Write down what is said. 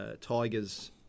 Tigers